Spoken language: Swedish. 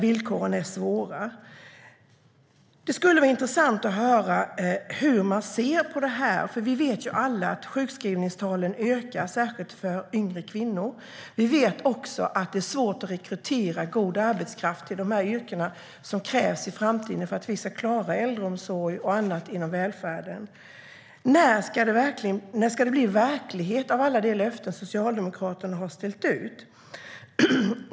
Villkoren är svåra. Det skulle vara intressant att höra hur regeringen ser på dessa frågor. Vi vet alla att sjukskrivningstalen ökar, särskilt för yngre kvinnor. Vi vet också att det är svårt att rekrytera god arbetskraft till de yrken som krävs i framtiden för att vi ska klara äldreomsorg och annat i välfärden. När ska det bli verklighet av alla de löften som Socialdemokraterna har ställt ut?